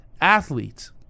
athletes